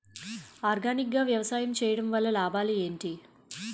Organic గా వ్యవసాయం చేయడం వల్ల లాభాలు ఏంటి?